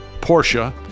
Porsche